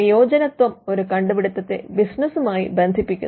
പ്രയോജനത്വം ഒരു കണ്ടുപിടുത്തത്തെ ബിസിനസ്സുമായി ബന്ധിപ്പിക്കുന്നു